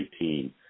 2018